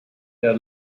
der